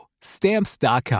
Stamps.com